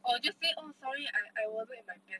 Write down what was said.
or just say oh sorry I wasn't in my best